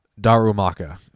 Darumaka